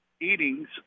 Eatings